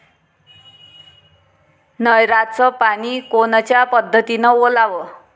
नयराचं पानी कोनच्या पद्धतीनं ओलाव?